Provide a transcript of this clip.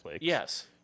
Yes